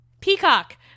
peacock